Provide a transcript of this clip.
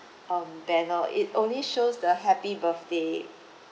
um banner it only shows the happy birthday